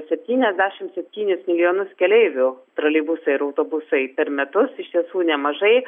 septyniasdešimt septynis milojonus keleivių troleibusai ir autobusai per metus iš tiesų nemažai